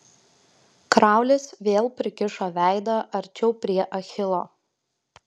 kraulis vėl prikišo veidą arčiau prie achilo